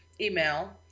email